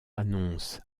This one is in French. annonce